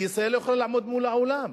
כי ישראל לא יכולה לעמוד מול העולם